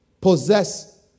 Possess